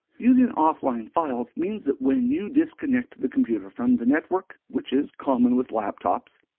using offline files means that when you disconnect the computer from the network, which is common with laptops,